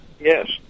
Yes